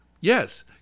Yes